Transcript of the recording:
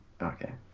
okay